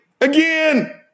Again